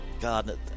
God